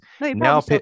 Now